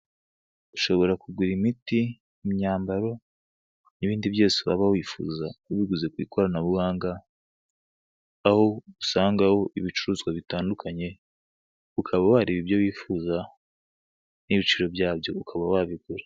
Ushobora kugura imiti, imyambaro n'ibindi byose waba wifuza, ubiguze ku ikoranabuhanga. Aho usangaho ibicuruzwa bitandukanye, ukaba wareba ibyo wifuza n'ibiciro byabyo, ukaba wabigura.